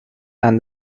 and